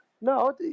No